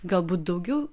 galbūt daugiau